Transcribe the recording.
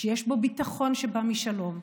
שיש בו ביטחון שבא משלום,